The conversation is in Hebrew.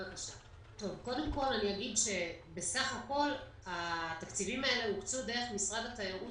אני אומר שבסך הכול התקציבים האלה הוקצו דרך משרד התיירות